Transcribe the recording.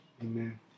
Amen